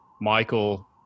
michael